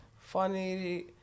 Funny